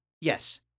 Yes